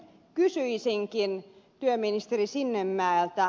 kysyisinkin työministeri sinnemäeltä